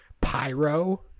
Pyro